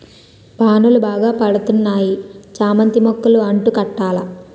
వానలు బాగా పడతన్నాయి చామంతి మొక్కలు అంటు కట్టాల